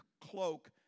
cloak